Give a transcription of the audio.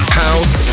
house